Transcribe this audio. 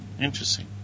interesting